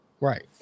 Right